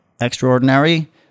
extraordinary